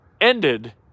ended